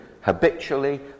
habitually